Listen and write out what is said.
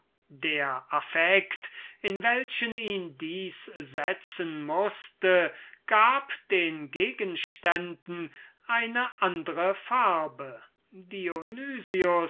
der affekt in welchen er dadurch gesetzt werden mußte gab allen gegenständen die er vor sich hatte eine andre farbe